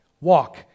walk